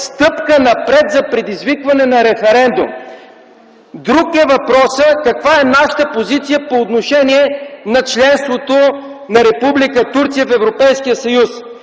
стъпка напред за предизвикване на референдум. Друг е въпросът каква е нашата позиция по отношение на членството на Република Турция в Европейския съюз.